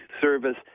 service